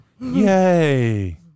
yay